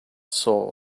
soul